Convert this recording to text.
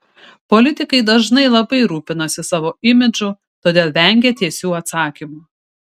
politikai dažnai labai rūpinasi savo imidžu todėl vengia tiesių atsakymų